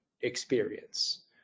experience